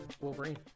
Wolverine